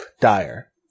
dire